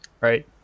right